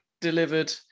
delivered